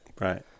Right